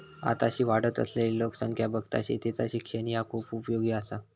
आताशी वाढत असलली लोकसंख्या बघता शेतीचा शिक्षण ह्या खूप उपयोगी आसा